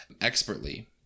expertly